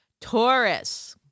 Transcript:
Taurus